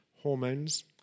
hormones